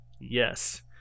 Yes